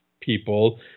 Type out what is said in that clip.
people